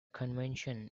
convention